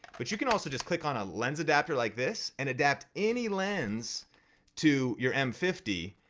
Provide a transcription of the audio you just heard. but you can also just click on a lens adapter like this and adapt any lens to your m fifty.